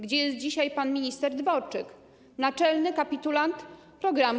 Gdzie jest dzisiaj pan minister Dworczyk, naczelny kapitulant programu?